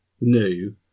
new